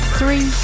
three